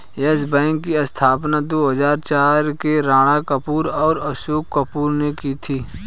yes Bank की स्थापना दो हजार चार में राणा कपूर और अशोक कपूर ने की थी